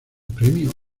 premio